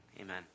Amen